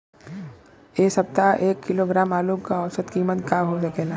एह सप्ताह एक किलोग्राम आलू क औसत कीमत का हो सकेला?